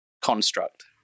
construct